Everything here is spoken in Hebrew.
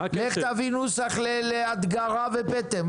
לך תביא נוסח להדגרה ופטם,